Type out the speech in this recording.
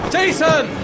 Jason